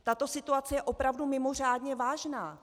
Tato situace je opravdu mimořádně vážná.